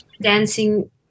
dancing